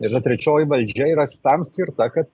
yra trečioji valdžia yra stam skirta kad